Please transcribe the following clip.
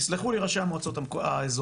יסלחו לי ראשי המועצות האזוריות,